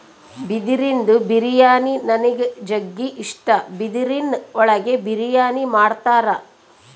ಬಿದಿರಿಂದು ಬಿರಿಯಾನಿ ನನಿಗ್ ಜಗ್ಗಿ ಇಷ್ಟ, ಬಿದಿರಿನ್ ಒಳಗೆ ಬಿರಿಯಾನಿ ಮಾಡ್ತರ